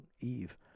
Eve